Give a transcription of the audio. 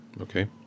Okay